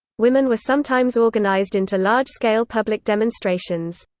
women were sometimes organized into large-scale public demonstrations.